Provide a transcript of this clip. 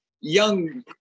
young